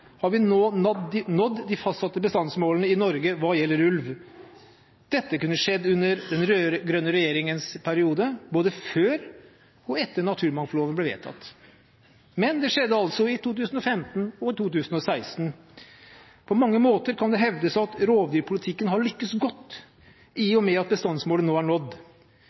har vi nå nådd de fastsatte bestandsmålene i Norge hva gjelder ulv. Dette kunne skjedd under den rød-grønne regjeringens periode, både før og etter naturmangfoldloven ble vedtatt, men det skjedde altså i 2015–2016. På mange måter kan det hevdes at rovdyrpolitikken har lyktes godt, i og med at bestandsmålet nå er nådd.